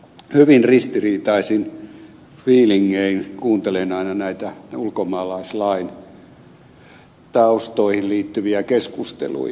hyvin ristiriitaisin fiilingein kuuntelen aina näitä ulkomaalaislain taustoihin liittyviä keskusteluja